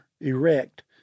Erect